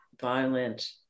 violent